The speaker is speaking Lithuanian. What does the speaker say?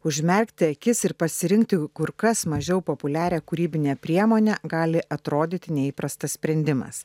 užmerkti akis ir pasirinkti kur kas mažiau populiarią kūrybinę priemonę gali atrodyti neįprastas sprendimas